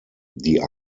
die